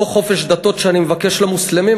אותו חופש דתות שאני מבקש למוסלמים,